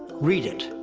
read it.